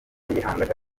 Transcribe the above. earth